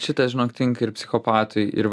šitas žinok tinka ir psichopatui ir